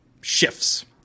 shifts